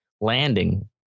landing